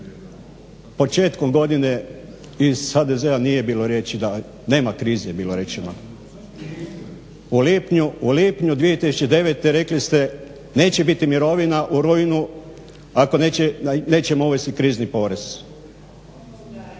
početkom godine iz HDZ-a nije bilo riječi, da nema krize bilo je rečeno. U lipnju 2009. rekli ste neće biti mirovina u rujnu ako nećemo uvesti krizni porez.